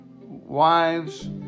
wives